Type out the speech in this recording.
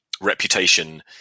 reputation